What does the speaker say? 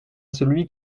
celui